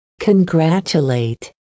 Congratulate